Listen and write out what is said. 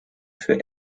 für